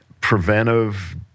preventive